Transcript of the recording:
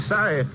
Sorry